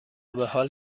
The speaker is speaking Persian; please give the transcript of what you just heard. بحال